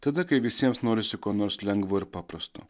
tada kai visiems norisi ko nors lengvo ir paprasto